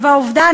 העובדה,